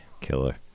killer